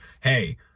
hey